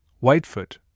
Whitefoot